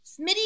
Smitty